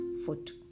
Foot